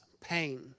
pain